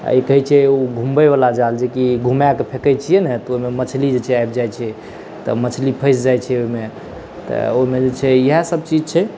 आओर ई कहै छै घुमबैवला जाल जेकि घुमाकऽ फेकै छिए ने तऽ ओहिमे मछली जे छै आबि जाइ छै तऽ मछली फँसि जाइ छै ओहिमे तऽ ओहिमे जे छै इएहसब चीज छै